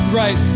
right